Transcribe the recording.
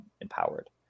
empowered